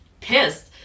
pissed